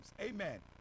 amen